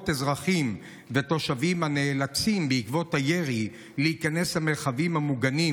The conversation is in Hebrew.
אזרחים ותושבים הנאלצים בעקבות הירי להיכנס למרחבים המוגנים,